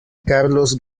carlos